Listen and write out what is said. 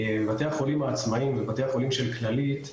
בבתי החולים העצמאיים ובבתי החולים של כללית,